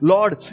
Lord